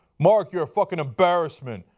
mark you are a fucking embarrassment.